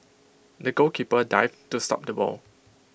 the goalkeeper dived to stop the ball